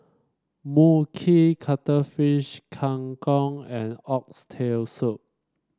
Mui Kee Cuttlefish Kang Kong and Oxtail Soup